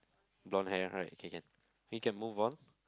blonde hair alright K can we can move on